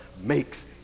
makes